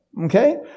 Okay